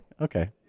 Okay